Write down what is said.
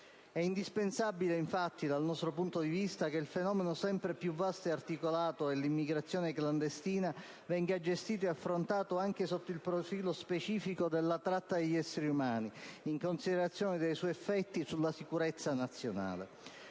È indispensabile, infatti, dal nostro punto di vista, che il fenomeno, sempre più vasto e articolato, dell'immigrazione clandestina venga gestito ed affrontato anche sotto il profilo specifico della tratta degli esseri umani, in considerazione dei suoi effetti sulla sicurezza nazionale.